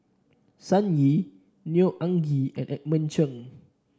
Sun Yee Neo Anngee and Edmund Cheng